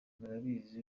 murabizi